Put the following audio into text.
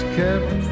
kept